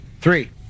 Three